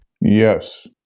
Yes